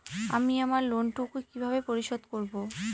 আমি আমার লোন টুকু কিভাবে পরিশোধ করব?